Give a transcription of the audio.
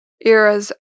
eras